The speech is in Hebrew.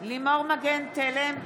לימור מגן תלם,